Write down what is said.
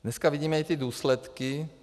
Dneska vidíme i ty důsledky.